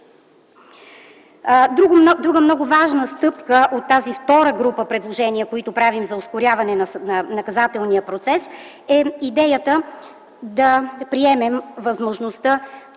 Друга много важна стъпка от тази втора група предложения, които правим за ускоряване на наказателния процес, е идеята да приемем възможността